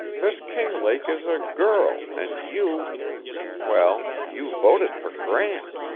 miss kinglake is a girl, and you well, you voted for grant.